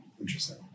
Interesting